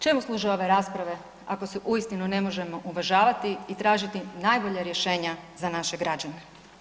Čemu služe ove rasprave, ako se uistinu ne možemo uvažavati i tražiti najbolja rješenja za naše građane?